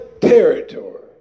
territory